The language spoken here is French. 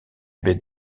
baie